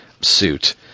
suit